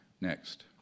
Next